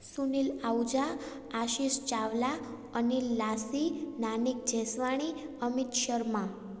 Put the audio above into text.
Sunil Ahuja Ashish Chawla Anil Lasi Nanik Jeswani Amit Sharma